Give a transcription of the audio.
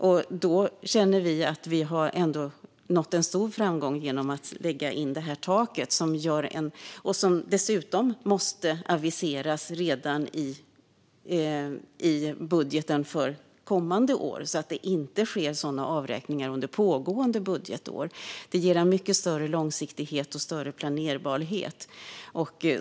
Därför känner vi att vi ändå har nått en stor framgång genom att lägga in detta tak, som dessutom måste aviseras redan i budgeten för kommande år. Det kan alltså inte ske sådana avräkningar under pågående budgetår. Det ger en mycket större långsiktighet och större planerbarhet.